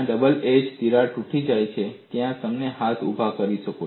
જ્યાં double edge તિરાડ તૂટી ગઈ હોય ત્યાં તમે હાથ ઉભા કરી શકો